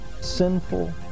sinful